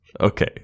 Okay